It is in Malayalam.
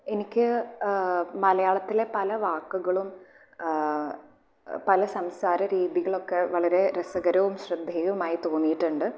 എനിക്ക് മലയാളത്തിലെ പല വാക്കുകളും പല സംസാര രീതികളുമൊക്കെ വളരെ രസകരവും ശ്രദ്ധേയവുമായി തോന്നിയിട്ടുണ്ട്